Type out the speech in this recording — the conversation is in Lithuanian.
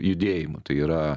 judėjimu tai yra